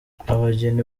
abageni